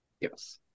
Yes